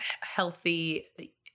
healthy